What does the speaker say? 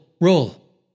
roll